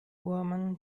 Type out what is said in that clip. woman